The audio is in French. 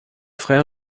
frère